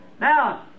Now